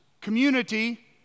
community